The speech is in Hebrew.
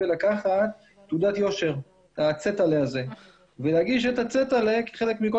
ולקחת תעודת יושר ואת התעודה להגיש כחלק מכל